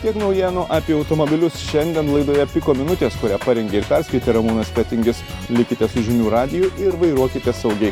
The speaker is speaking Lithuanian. tiek naujienų apie automobilius šiandien laidoje piko minutės kurią parengė ir perskaitė ramūnas fetingis likite su žinių radiju ir vairuokite saugiai